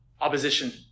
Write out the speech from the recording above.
opposition